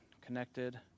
connected